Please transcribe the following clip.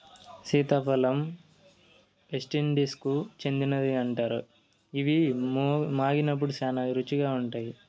సీతాఫలం వెస్టిండీస్కు చెందినదని అంటారు, ఇవి మాగినప్పుడు శ్యానా రుచిగా ఉంటాయి